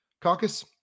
caucus